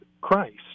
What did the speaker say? Christ